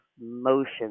motion